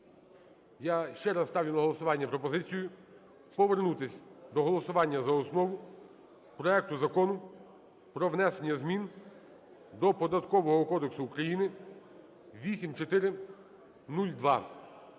я ще раз ставлю на голосування пропозицію, повернутися до голосування за основу проекту Закону про внесення змін до Податкового кодексу України (8402).